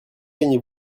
gagnez